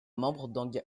membres